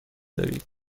دارید